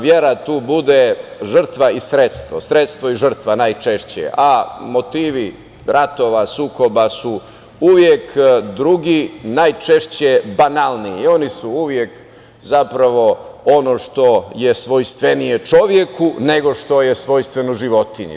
Vera tu bude žrtva i sredstvo, sredstvo i žrtva najčešće a motivi ratova, sukoba su uvek drugi, najčešće banalni i oni su uvek zapravo ono što je svojstvenije čoveku nego što je svojstveno životinji.